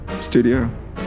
studio